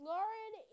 Lauren